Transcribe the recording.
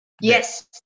yes